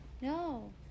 no